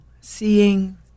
seeing